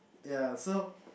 ya so